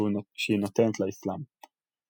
שהיא נותנת לאסלאם.